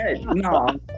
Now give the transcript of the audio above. No